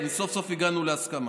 סוף-סוף הגענו להסכמה.